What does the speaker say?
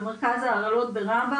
במרכז ההרעלות ברמב"ם,